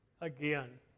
Again